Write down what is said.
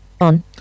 on